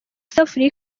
isafuriya